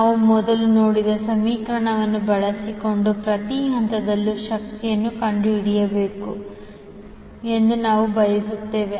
ನಾವು ಮೊದಲೇ ನೋಡಿದ ಸಮೀಕರಣವನ್ನು ಬಳಸಿಕೊಂಡು ಪ್ರತಿ ಹಂತದಲ್ಲೂ ಶಕ್ತಿಯನ್ನು ಕಂಡುಹಿಡಿಯಬೇಕು ಎಂದು ನಾವು ಬಯಸುತ್ತೇವೆ